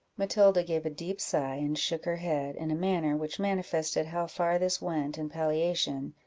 matilda gave a deep sigh and shook her head, in a manner which manifested how far this went in palliation,